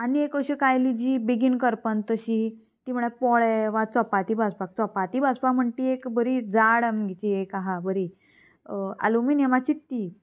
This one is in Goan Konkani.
आनी एक अश्यो कायली जी बेगीन करपना तशी ती म्हळ्यार पोळे वा चपाती भाजपाक चपाती भाजपाक म्हण ती एक बरी जाड आमगेची एक आहा बरी एलुमिनयमाची ती